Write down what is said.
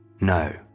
no